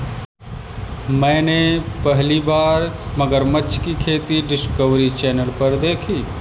मैंने पहली बार मगरमच्छ की खेती डिस्कवरी चैनल पर देखी